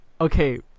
okay